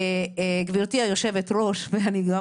גבירתי היושבת-ראש אני גם,